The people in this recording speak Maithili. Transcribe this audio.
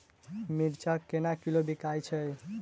मिर्चा केना किलो बिकइ छैय?